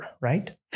right